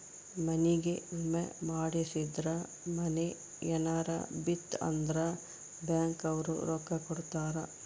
ಮನಿಗೇ ವಿಮೆ ಮಾಡ್ಸಿದ್ರ ಮನೇ ಯೆನರ ಬಿತ್ ಅಂದ್ರ ಬ್ಯಾಂಕ್ ಅವ್ರು ರೊಕ್ಕ ಕೋಡತರಾ